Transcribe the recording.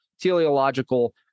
teleological